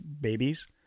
babies